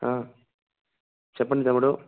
చెప్పండి తమ్ముడు